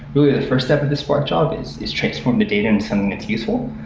the first step of the spark job is is transform the data in something that's useful.